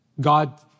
God